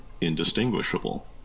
indistinguishable